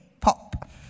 pop